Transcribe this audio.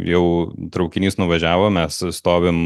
jau traukinys nuvažiavo mes stovim